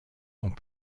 ont